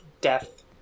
death